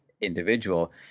individual